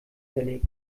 verlegt